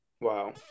wow